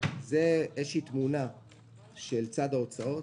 זה פילוח של הוצאות הממשלה, תמונה של צד ההוצאות,